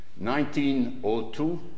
1902